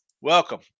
welcome